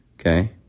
Okay